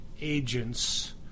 agents